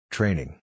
Training